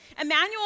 Emmanuel